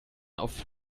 auf